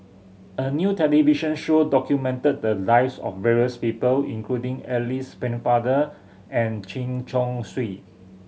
a new television show documented the lives of various people including Alice Pennefather and Chen Chong Swee